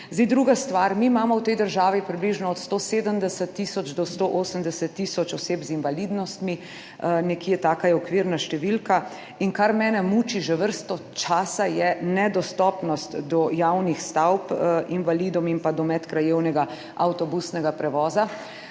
Druga stvar. Mi imamo v tej državi približno od 170 tisoč do 180 tisoč oseb z invalidnostmi, taka je okvirna številka, in kar mene muči že vrsto časa, je nedostopnost do javnih stavb invalidom, in do medkrajevnega avtobusnega prevoza.